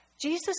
Jesus